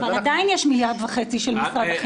אבל עדיין יש מיליארד וחצי של משרד החינוך.